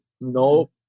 Nope